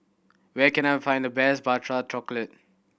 where can I find the best Prata Chocolate